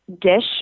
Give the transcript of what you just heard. dish